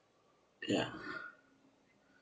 ya